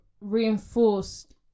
reinforced